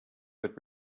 would